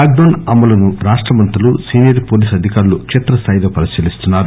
lock down అమలును రాష్ట మంత్రులు సీనియర్ పోలీసు అధికారులు కేత్రస్గాయిలో పరిశీలిస్తున్నారు